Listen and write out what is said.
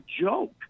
joke